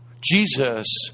Jesus